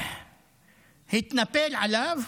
הוא התנפל עליו,